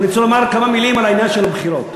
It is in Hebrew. אבל אני רוצה לומר כמה מילים על העניין של הבחירות.